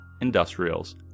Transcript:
industrials